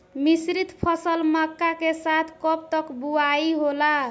मिश्रित फसल मक्का के साथ कब तक बुआई होला?